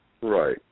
Right